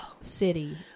city